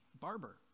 barber